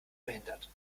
verhindert